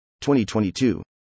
2022